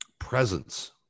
presence